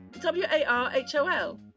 W-A-R-H-O-L